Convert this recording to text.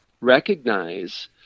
recognize